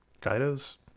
Kaido's